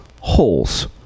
holes